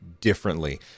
differently